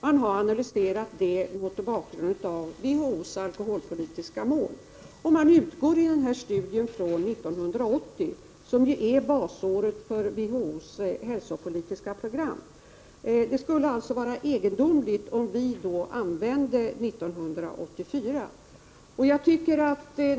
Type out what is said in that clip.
Man har gjort en analys mot bakgrund av WHO:s alkoholpolitiska mål, och man utgår i denna studie från 1980, som ju är basåret för WHO:s hälsopolitiska program. Det skulle alltså vara egendomligt om vi då använde 1984 som basår.